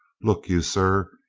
look you, sir,